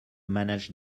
manage